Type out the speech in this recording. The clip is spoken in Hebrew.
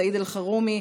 סעיד אלחרומי,